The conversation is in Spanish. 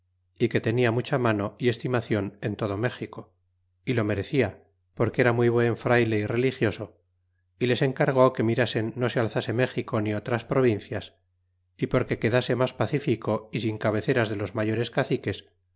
merced que tenia mucha mano é estimacion en todo méxico y lo mere cia porque era muy buen frayle y religioso y les encargó que mirasen no se alzase méxico ni otras provincias y porque quedase mas pacifica y sin cabeceras de los mayores caciques